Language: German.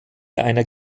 einer